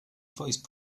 voice